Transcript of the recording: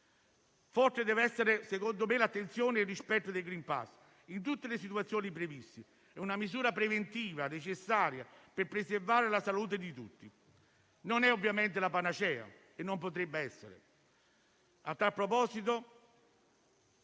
Forte deve essere, a mio avviso, l'attenzione al rispetto del *green pass* in tutte le situazioni previste; è una misura preventiva necessaria per preservare la salute di tutti. Non è ovviamente la panacea e non potrebbe esserlo. A tal proposito,